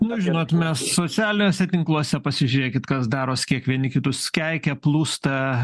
nu žinot mes socialiniuose tinkluose pasižiūrėkit kas daros kiek vieni kitus keikia plūsta